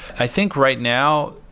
i think, right now,